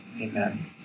Amen